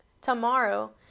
tomorrow